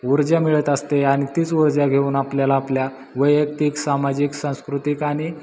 ऊर्जा मिळत असते आणि तीच ऊर्जा घेऊन आपल्याला आपल्या वैयक्तिक सामाजिक सांस्कृतिक आणि